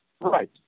Right